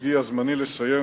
שהגיע זמני לסיים,